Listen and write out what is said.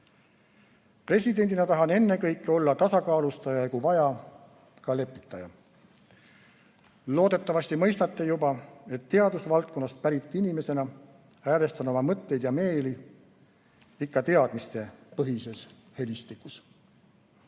Presidendina tahan ennekõike olla tasakaalustaja ja kui vaja, ka lepitaja. Loodetavasti mõistate juba, et teadusvaldkonnast pärit inimesena häälestan oma mõtteid ja meeli ikka teadmistepõhises helistikus.